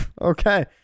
Okay